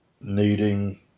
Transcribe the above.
needing